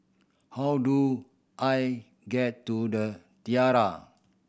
how do I get to The Tiara